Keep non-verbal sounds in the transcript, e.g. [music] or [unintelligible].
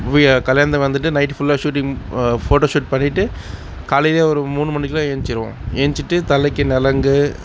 [unintelligible] கல்யாணத்துக்கு வந்துட்டு நைட்டு ஃபுல்லாக ஷூட்டிங் ஃபோட்டோ ஷூட் பண்ணிவிட்டு காலையில் ஒரு மூணு மணிக்கெல்லாம் ஏஞ்சிடுவோம் ஏஞ்சிட்டு தலைக்கு நலுங்கு